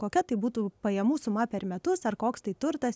kokia tai būtų pajamų suma per metus ar koks tai turtas